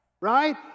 right